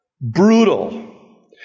brutal